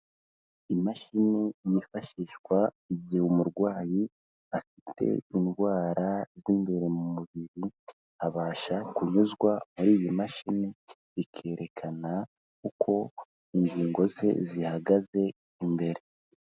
Imashini yifashishwa igihe umurwayi afite indwara z'imbere mu mubiri, abasha kunyuzwa muri iyi mashini, ikerekana uko ingingo ze zihagaze imbere.